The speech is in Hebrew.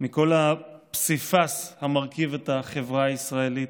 מכל הפסיפס המרכיב את החברה הישראלית.